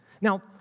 Now